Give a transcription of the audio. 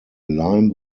lime